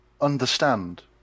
understand